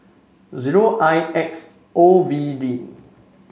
zero I X O V D